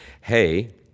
Hey